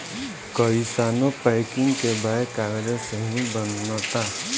कइसानो पैकिंग के बैग कागजे से ही बनता